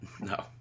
No